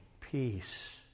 peace